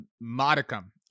modicum